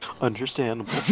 Understandable